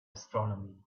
astronomy